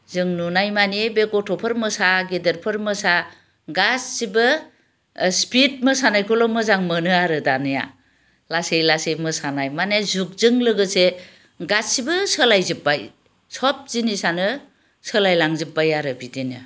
जों नुनायमानि बे गथ'फोर मोसा गेदेरफोर मोसा गासैबो स्पिड मोसानायखौल' मोजां मोनो आरो दानिया लासै लासै मोसानाय माने जुगजों लोगोसे गासैबो सोलायजोब्बाय सब जिनिसानो सोलायलांजोब्बाय आरो बिदिनो